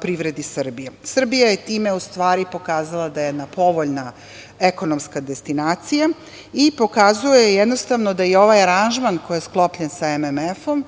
privredi Srbije. Srbija je time u stvari pokazala da je jedan povoljna ekonomska destinacija i pokazuje jednostavno da je ovaj aranžman, koji je sklopljen sa MMF-om,